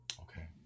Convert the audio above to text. okay